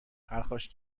پرخاش